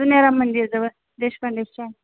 सुनेराम मंदिराजवळ देशपांडेच्या